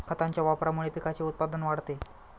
खतांच्या वापरामुळे पिकाचे उत्पादन वाढते